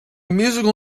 musical